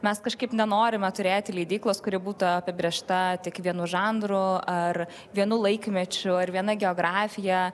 mes kažkaip nenorime turėti leidyklos kuri būtų apibrėžta tik vienu žanru ar vienu laikmečiu ar viena geografija